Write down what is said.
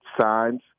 signs